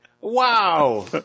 Wow